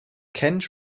kent